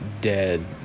dead